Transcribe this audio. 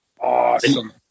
Awesome